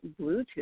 Bluetooth